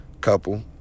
couple